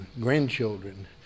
grandchildren